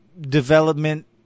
development